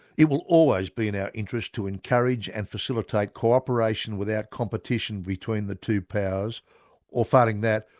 it will always be in our interest to encourage and facilitate cooperation without competition between the two powers or failing that,